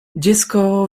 dziecko